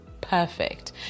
perfect